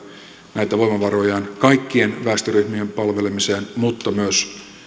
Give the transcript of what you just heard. näitä voimavarojaan kaikkien väestöryhmien palvelemiseen mutta myös